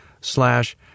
slash